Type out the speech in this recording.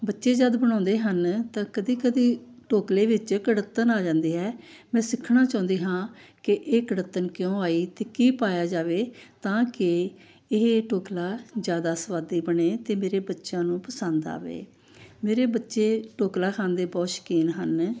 ਬੱਚੇ ਜਦ ਬਣਾਉਂਦੇ ਹਨ ਤਾਂ ਕਦੇ ਕਦੇ ਢੋਕਲੇ ਵਿੱਚ ਕੜੱਤਣ ਆ ਜਾਂਦੀ ਹੈ ਮੈਂ ਸਿੱਖਣਾ ਚਾਹੁੰਦੀ ਹਾਂ ਕਿ ਇਹ ਕੜੱਤਣ ਕਿਉਂ ਆਈ ਅਤੇ ਕੀ ਪਾਇਆ ਜਾਵੇ ਤਾਂ ਕਿ ਇਹ ਢੋਕਲਾ ਜ਼ਿਆਦਾ ਸਵਾਦ ਬਣੇ ਅਤੇ ਮੇਰੇ ਬੱਚਿਆਂ ਨੂੰ ਪਸੰਦ ਆਵੇ ਮੇਰੇ ਬੱਚੇ ਢੋਕਲਾ ਖਾਣ ਦੇ ਬਹੁਤ ਸ਼ੌਕੀਨ ਹਨ